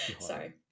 Sorry